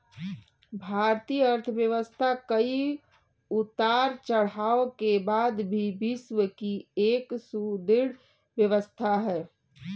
भारतीय अर्थव्यवस्था कई उतार चढ़ाव के बाद भी विश्व की एक सुदृढ़ व्यवस्था है